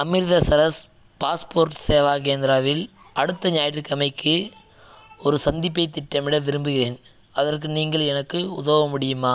Amritsar passport சேவா கேந்திராவில் அடுத்த ஞாயிற்றுக்கிழமைக்கி ஒரு சந்திப்பைத் திட்டமிட விரும்புகிறேன் அதற்கு நீங்கள் எனக்கு உதவ முடியுமா